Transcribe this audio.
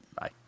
Bye